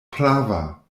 prava